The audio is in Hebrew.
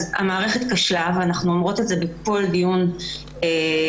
אז המערכת כשלה ואנחנו אומרות את זה בכל דיון בנושא.